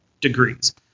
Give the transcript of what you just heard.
degrees